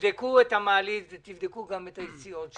תבדקו את המעלית ותבדקו גם את היציאות שם,